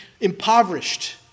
impoverished